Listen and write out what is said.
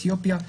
אתיופיה,